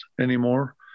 anymore